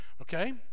okay